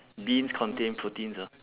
beans contain proteins ah